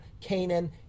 Canaan